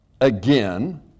again